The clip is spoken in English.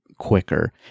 Quicker